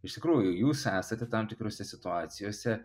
iš tikrųjų jūs esate tam tikrose situacijose